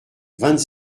vingt